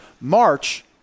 March